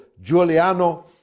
Giuliano